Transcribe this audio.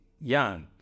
young